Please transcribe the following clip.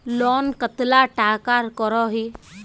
Loan कतला टाका करोही?